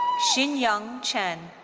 xinyang chen.